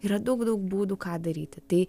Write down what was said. yra daug daug būdų ką daryti tai